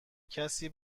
کسی